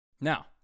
Now